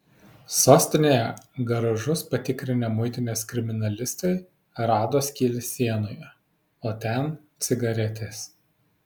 sostinėje garažus patikrinę muitinės kriminalistai rado skylę sienoje o ten cigaretės